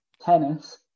tennis